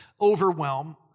Overwhelm